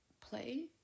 play